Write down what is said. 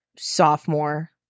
Sophomore